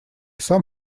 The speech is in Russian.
сам